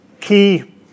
key